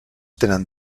tenen